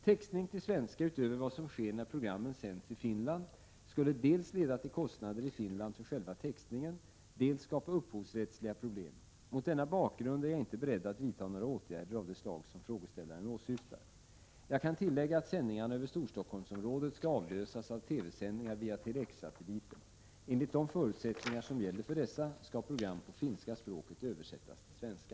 Textning till svenska utöver vad som sker när programmen sänds i Finland skulle dels leda till kostnader i Finland för själva textningen, dels skapa upphovsrättsliga problem. Mot denna bakgrund är jag inte beredd att vidta några åtgärder av det slag som frågeställaren åsyftar. Jag kan tillägga att sändningarna över Storstockholmsområdet skall avlösas av TV-sändningar via Tele-X-satelliten. Enligt de förutsättningar som gäller för dessa skall program på finska språket översättas till svenska.